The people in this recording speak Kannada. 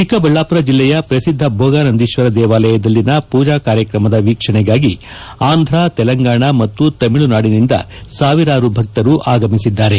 ಚಿಕ್ಕಬಳ್ಳಾಪುರ ಜಿಲ್ಲೆಯ ಪ್ರಸಿದ್ದ ಬೋಗಾನಂದೀಶ್ವರ ದೇವಾಲಯದಲ್ಲಿನ ಪೂಜಾ ಕಾರ್ಯಕ್ರಮದ ವೀಕ್ಷಣೆಗಾಗಿ ಅಂಧ್ರ ತೆಲಂಗಾಣ ಮತ್ತು ತಮಿಳುನಾಡಿನಿಂದ ಸಾವಿರಾರು ಭಕ್ತರು ಆಗಮಿಸಿದ್ದಾರೆ